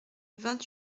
vingt